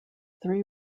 three